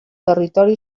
territori